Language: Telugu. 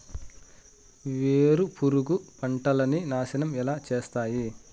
వేరుపురుగు పంటలని నాశనం ఎలా చేస్తాయి?